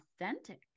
authentic